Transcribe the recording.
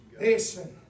Listen